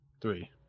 Three